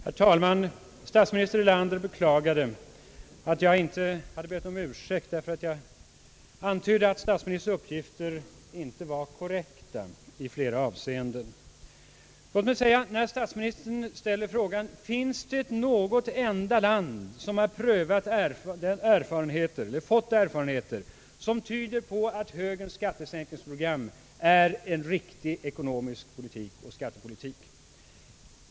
Herr talman! Statsminister Erlander beklagade att jag inte hade bett om ursäkt för att jag antydde att statsministerns uppgifter inte var korrekta i flera avseenden. Statsministern ställer frågan: Finns det något enda land som har erfarenheter som tyder på att högerns skattesänkningsprogram är en riktig ekonomisk skattepolitik?